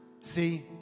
See